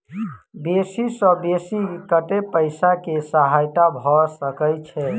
बेसी सऽ बेसी कतै पैसा केँ सहायता भऽ सकय छै?